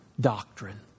doctrine